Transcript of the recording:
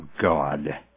God